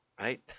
right